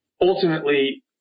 ultimately